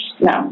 No